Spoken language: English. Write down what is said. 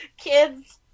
kids